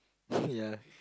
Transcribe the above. ya